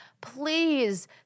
please